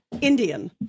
Indian